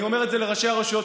אני אומר את זה לראשי הרשויות,